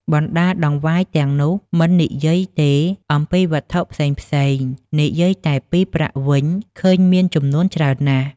បណ្ដាតង្វាយទាំងនោះ មិននិយាយទេអំពីវត្ថុផ្សេងៗ និយាយតែពីប្រាក់វិញ ឃើញមានចំនួនច្រើនណាស់ ។